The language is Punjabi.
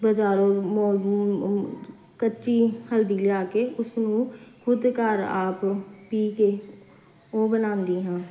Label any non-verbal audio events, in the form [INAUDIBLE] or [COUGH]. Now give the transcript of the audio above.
ਬਜ਼ਾਰੋਂ [UNINTELLIGIBLE] ਕੱਚੀ ਹਲਦੀ ਲਿਆ ਕੇ ਉਸਨੂੰ ਖੁਦ ਘਰ ਆਪ ਪੀਹ ਕੇ ਉਹ ਬਣਾਉਂਦੀ ਹਾਂ